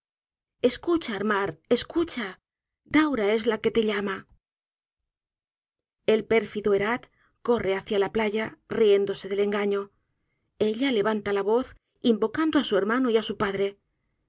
escucha armar escuchal daura es la que te llama el pérfido erath corre hacia la playa riéndose del engaño ella levanta la voz invocando á su hermano y á su padre